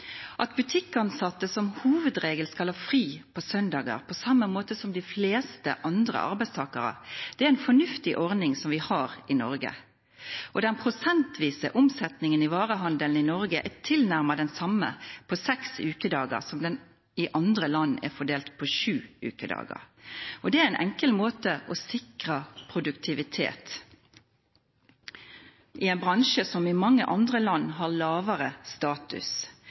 At butikkansatte som hovedregel skal ha fri på søndager, på samme måte som de fleste andre arbeidstakere, er en fornuftig ordning vi har i Norge. Den prosentvise omsetningen i varehandelen i Norge er tilnærmet den samme på seks ukedager som i andre land fordelt på sju ukedager. Og det er en enkel måte å sikre produktivitet på i en bransje som i mange andre land har lavere status.